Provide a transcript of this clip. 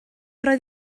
roedd